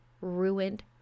ruined